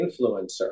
influencer